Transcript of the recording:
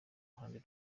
ruhande